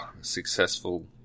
successful